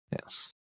Yes